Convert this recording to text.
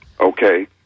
Okay